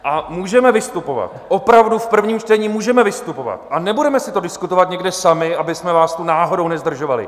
A můžeme vystupovat, opravdu v prvním čtení můžeme vystupovat, a nebudeme si to diskutovat někde sami, abychom vás tu náhodou nezdržovali!